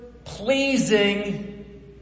pleasing